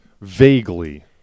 Vaguely